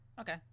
okay